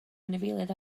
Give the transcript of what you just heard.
anifeiliaid